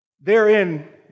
Therein